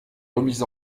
remise